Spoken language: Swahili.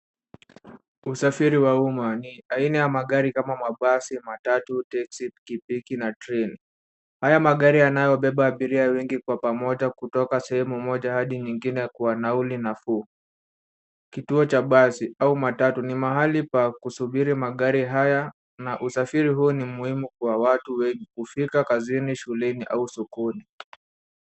Usafiri wa umma. Ni aina ya magari kama mabasi, matatu, teksi, pikipiki na treni. Haya magari yanayobeba abiria wengi kwa pamoja kutoka sehemu moja hadi nyingine kwa nauli nafuu. Kituo cha basi au matatu ni mahali pa kusubiri magari haya na usafiri huu ni muhimu kwa watu wengi kufika kazini, shuleni au sokoni.